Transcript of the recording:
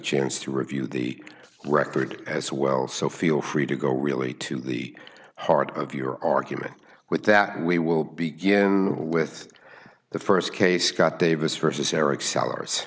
chance to review the record as well so feel free to go really to the heart of your argument with that we will begin with the st case scott davis versus eric sellers